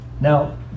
Now